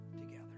together